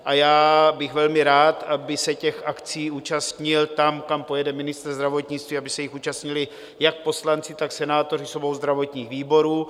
A já bych velmi rád, aby se těch akcí účastnil tam, kam pojede ministr zdravotnictví, aby se jich účastnili jak poslanci, tak senátoři z obou zdravotních výborů.